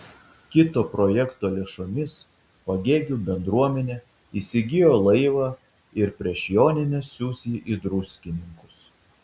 kito projekto lėšomis pagėgių bendruomenė įsigijo laivą ir prieš jonines siųs jį į druskininkus